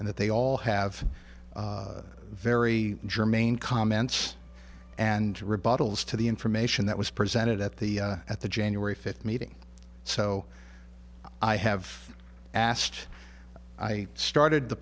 and that they all have very germane comments and rebuttals to the information that was presented at the at the january fifth meeting so i have asked i started the